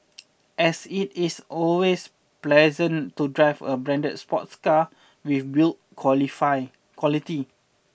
as it is always pleasant to drive a branded sports car with build qualify quality